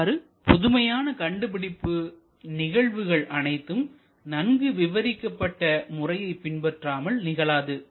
இவ்வாறு புதுமையான கண்டுபிடிப்பு நிகழ்வுகள் அனைத்தும் நன்கு விவரிக்கப்பட்ட முறையை பின்பற்றாமல் நிகழாது